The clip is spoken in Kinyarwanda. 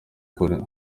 kuri